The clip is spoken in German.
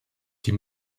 die